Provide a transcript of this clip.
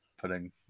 putting